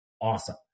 Awesome